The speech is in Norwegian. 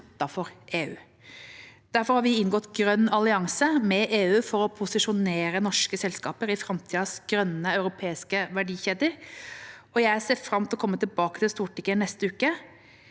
Derfor har vi inngått en grønn allianse med EU for å posisjonere norske selskaper i framtidas grønne, europeiske verdikjeder. Jeg ser fram til å komme tilbake til Stortinget neste uke,